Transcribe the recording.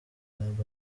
club